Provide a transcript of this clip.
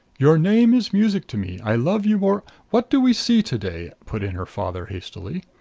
your name is music to me. i love you more what do we see to-day? put in her father hastily.